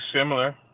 similar